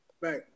Right